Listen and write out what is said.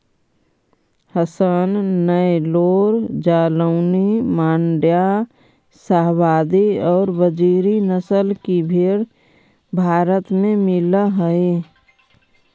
हसन, नैल्लोर, जालौनी, माण्ड्या, शाहवादी और बजीरी नस्ल की भेंड़ भारत में मिलअ हई